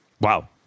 Wow